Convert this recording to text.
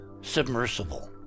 submersible